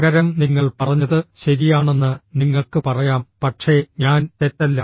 പകരം നിങ്ങൾ പറഞ്ഞത് ശരിയാണെന്ന് നിങ്ങൾക്ക് പറയാം പക്ഷേ ഞാൻ തെറ്റല്ല